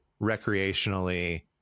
recreationally